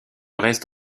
reste